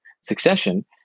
succession